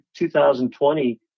2020